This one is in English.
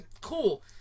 Cool